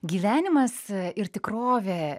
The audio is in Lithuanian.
gyvenimas ir tikrovė